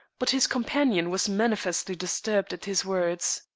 but his companion was manifestly disturbed at his words.